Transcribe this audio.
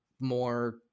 more